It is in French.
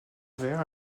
verts